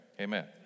Amen